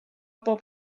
bob